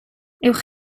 uwch